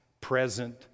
present